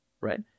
right